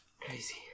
Crazy